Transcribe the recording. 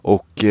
Och